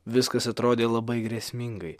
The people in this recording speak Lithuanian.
viskas atrodė labai grėsmingai